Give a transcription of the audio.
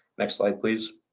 next slide, please.